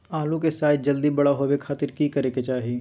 आलू के साइज जल्दी बड़ा होबे खातिर की करे के चाही?